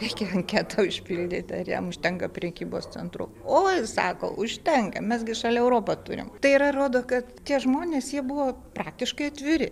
reikia anketą užpildyti ar jam užtenka prekybos centro oi sako užtenka mes gi šalia europą turim tai yra rodo kad tie žmonės jie buvo praktiškai atviri